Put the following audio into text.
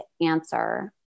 answer